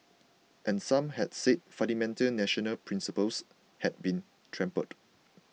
and some had said fundamental national principles had been trampled